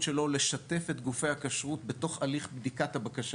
שלו לשתף את גופי הכשרות בתוך הליך בדיקת הבקשה.